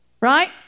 Right